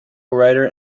writer